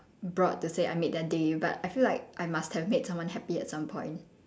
broad to say I made their day but I feel like I must have made someone happy at some point